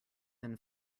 than